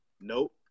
Nope